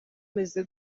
umeze